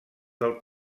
del